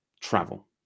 travel